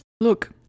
Look